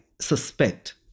suspect